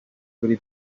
kuri